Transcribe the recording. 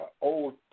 Old